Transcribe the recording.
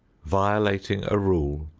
violating a rule,